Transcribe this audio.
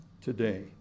today